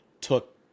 took